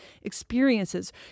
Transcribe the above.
experiences